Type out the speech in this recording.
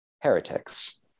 heretics